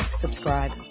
subscribe